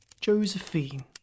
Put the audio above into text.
Josephine